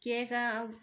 cake